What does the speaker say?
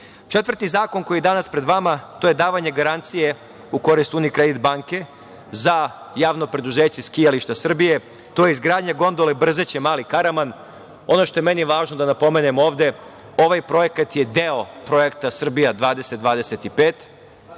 periodu. Četvrti zakon koji je danas pred vama to je davanje garancije u korist Unikredit banke za javno preduzeće „Skijališta Srbije. To je izgradnja gondole Brzeće - Mali karaman. Ono što je meni važno da napomenem ovde, ovaj projekat je deo Projekta Srbija 2025.